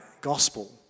gospel